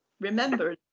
remember